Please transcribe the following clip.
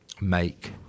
make